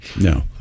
No